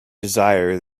desire